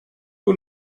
who